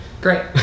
Great